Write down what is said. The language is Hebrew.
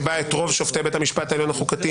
שבה את רוב שופטי בית המשפט העליון החוקתי